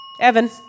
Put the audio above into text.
Evan